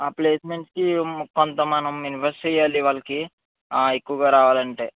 ఆ ప్లేస్మెంట్స్ కి కొంత మనం ఇన్వెస్ట్ చెయ్యాలి వాళ్ళకి ఎక్కువగా రావాలి అంటే